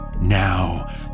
Now